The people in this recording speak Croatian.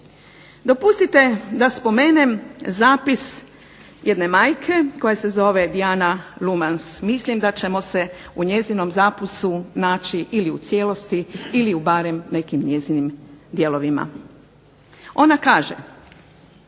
Dopustite da spomenem zapis jedne majke koja se zove Dijana LUmens, mislim da ćemo se u njezinom zapisu naći ili u cijelosti ili barem nekim njezinim dijelovima. Ona kaže: